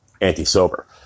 anti-sober